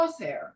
Crosshair